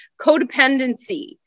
codependency